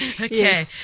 okay